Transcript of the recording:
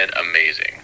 amazing